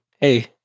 hey